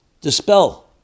dispel